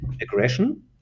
aggression